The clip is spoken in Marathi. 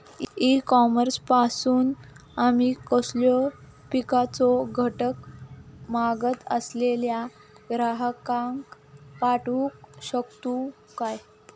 ई कॉमर्स पासून आमी कसलोय पिकाचो घटक मागत असलेल्या ग्राहकाक पाठउक शकतू काय?